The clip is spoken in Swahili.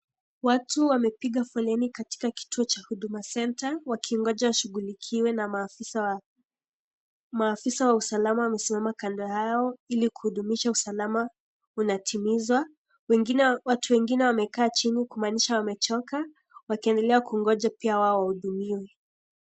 Watu wamepiga foleni katika kituo cha Huduma Center wakingoja washughulikiwe na maafisa wa, maafisa wa usalama wamesimama kando yao ili kudumisha usalama unatimizwa, wengine wana watu wengine wamekaa chini kumaanisha wamechoka, wakiendela kungoja pia wao wahudumiwe.